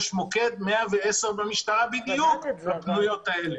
יש מוקד 110 במשטרה בדיוק לפניות האלה,